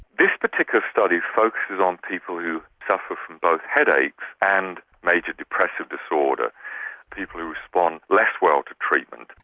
this particular study focuses on people who suffer from both headaches and major depressive disorder people who respond less well to treatment.